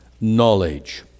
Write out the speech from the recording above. knowledge